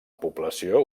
població